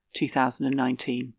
2019